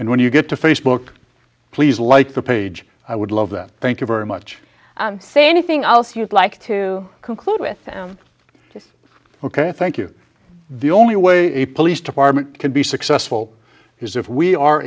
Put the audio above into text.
and when you get to facebook please like the page i would love that thank you very much say anything else you'd like to conclude with this ok thank you the only way a police department could be successful because if we are